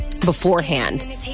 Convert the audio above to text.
beforehand